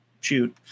shoot